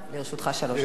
לרשותך שלוש דקות.